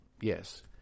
yes